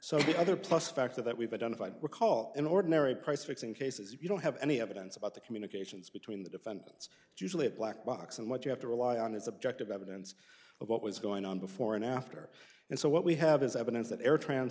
so the other plus factor that we've identified we call in ordinary price fixing cases you don't have any evidence about the communications between the defendants usually a black box and what you have to rely on is objective evidence of what was going on before and after and so what we have is evidence that air tra